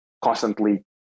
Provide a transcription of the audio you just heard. constantly